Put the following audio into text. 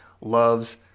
loves